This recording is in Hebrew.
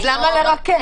אז למה לרכך?